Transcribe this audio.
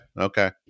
Okay